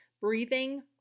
breathing